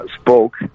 Spoke